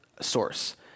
source